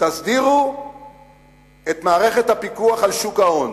תסדירו את מערכת הפיקוח על שוק ההון